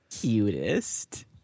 Cutest